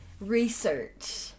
research